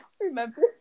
remember